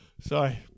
Sorry